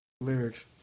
lyrics